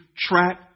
track